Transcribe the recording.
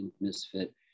misfit